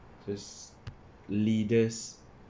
just leaders